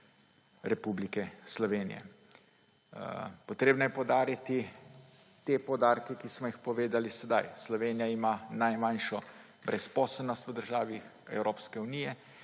Republike Slovenije. Treba je poudariti te poudarke, ki smo jih povedali sedaj – Slovenija ima najmanjšo brezposelnost v državi Evropske unije,